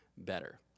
better